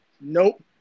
Nope